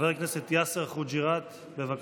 חבר הכנסת יאסר חוג'יראת, בבקשה.